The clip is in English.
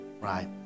right